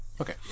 Okay